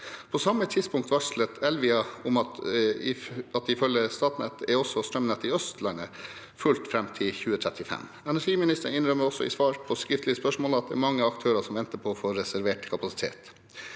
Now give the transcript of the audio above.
På samme tidspunkt varslet Elvia om at ifølge Statnett er også strømnettet på Østlandet fullt fram til 2035. Energiministeren innrømmer også i svar på skriftlig spørsmål at det er mange aktører som venter på å få reservert kapasitet.